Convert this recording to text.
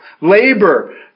labor